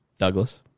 Douglas